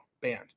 band